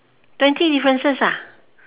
twenty differences ah